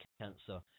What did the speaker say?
cancer